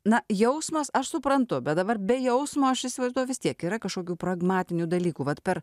na jausmas aš suprantu bet dabar be jausmo aš įsivaizduoju kiek yra kažkokių pragmatinių dalykų vat per